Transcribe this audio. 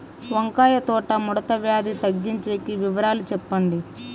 వంకాయ తోట ముడత వ్యాధి తగ్గించేకి వివరాలు చెప్పండి?